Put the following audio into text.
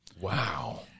Wow